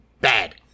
bad